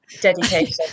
Dedication